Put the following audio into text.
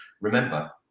remember